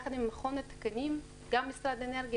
יחד עם מכון התקנים וגם משרד האנרגיה